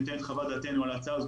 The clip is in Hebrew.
ניתן את חוות דעתנו על ההצעה הזאת,